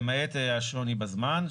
למעט השוני בזמן.